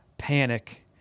Panic